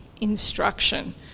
instruction